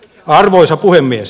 arvoisa puhemies